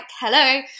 Hello